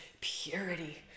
purity